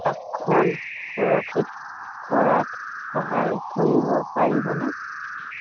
আসন সুৰক্ষিত কৰাত সহায় কৰিব পাৰিবনে